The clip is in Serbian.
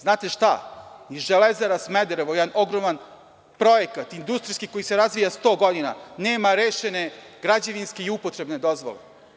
Znate šta, i „Železara Smederevo“ je jedan ogroman projekat industrijski koji se razvija sto godina, nema rešene građevinske i upotrebne dozvole.